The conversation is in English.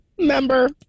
member